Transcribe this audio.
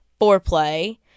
foreplay